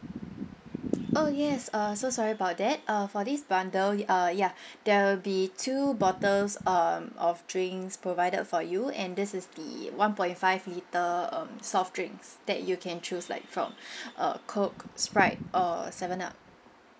oh yes uh so sorry about that uh for this bundle uh ya there will be two bottles um of drinks provided for you and this is the one point five litre um soft drinks that you can choose like from uh coke sprite or seven up